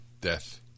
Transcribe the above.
death